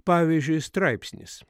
pavyzdžiui straipsnis